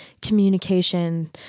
communication